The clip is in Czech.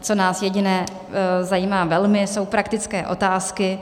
Co nás jediné zajímá velmi, jsou praktické otázky.